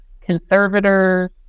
conservators